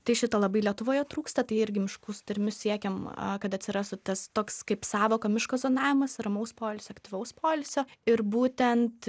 tai šito labai lietuvoje trūksta tai irgi miškų sutarimu siekiam kad atsirastų tas toks kaip sąvoka miško zonavimas ramaus poilsio aktyvaus poilsio ir būtent